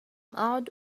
أعد